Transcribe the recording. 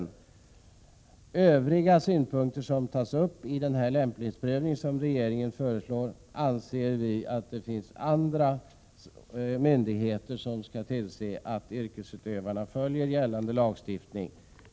När det gäller övriga synpunkter som tas upp i den lämplighetsprövning som regeringen föreslår anser vi att det finns andra myndigheter som skall tillse att yrkesutövarna följer gällande lagstiftning.